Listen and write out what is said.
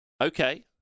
okay